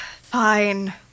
fine